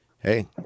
Hey